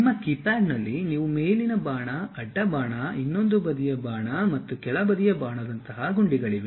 ನಿಮ್ಮ ಕೀಪ್ಯಾಡ್ನಲ್ಲಿ ನೀವು ಮೇಲಿನ ಬಾಣ ಅಡ್ಡ ಬಾಣ ಇನ್ನೊಂದು ಬದಿಯ ಬಾಣ ಮತ್ತು ಕೆಳ ಬದಿಯ ಬಾಣದಂತಹ ಗುಂಡಿಗಳಿವೆ